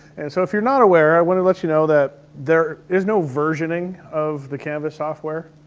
and so if you're not aware, i wanna let you know that there is no versioning of the canvas software.